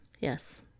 Yes